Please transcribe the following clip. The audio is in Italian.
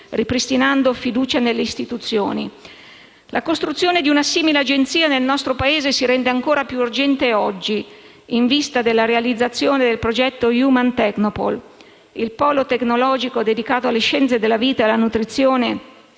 ripristinando fiducia nelle istituzioni. La costruzione di una simile agenzia nel nostro Paese si rende anche più urgente oggi, in vista della realizzazione del progetto Human Technopole*,* il polo tecnologico dedicato alle scienze della vita e alla nutrizione